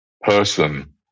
person